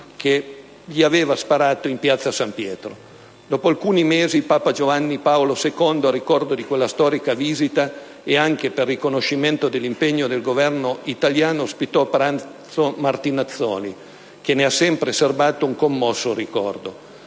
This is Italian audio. che gli aveva sparato in piazza San Pietro. Dopo alcuni mesi papa Giovanni Paolo II - a ricordo di quella storica visita e anche per riconoscimento dell'impegno del Governo italiano - ospitò a pranzo Martinazzoli, che ne ha sempre serbato un commosso ricordo.